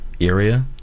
area